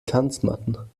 tanzmatten